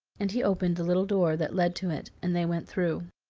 and he opened the little door that led to it and they went through.